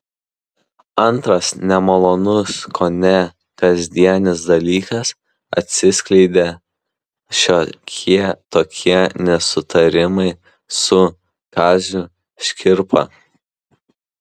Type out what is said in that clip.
antras nemalonus kone kasdienis dalykas atsiskleidę šiokie tokie nesutarimai su kaziu škirpa